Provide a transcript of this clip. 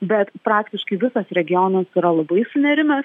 bet praktiškai visas regionas yra labai sunerimęs